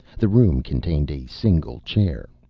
the room contained a single chair.